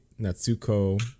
Natsuko